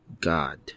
God